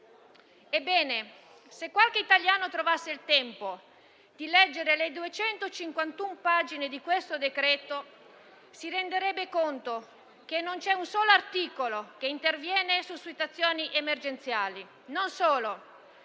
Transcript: Ebbene, se qualche italiano trovasse il tempo di leggere le 251 pagine del decreto-legge in esame, si renderebbe conto che non c'è un solo articolo che interviene su situazioni emergenziali. Inoltre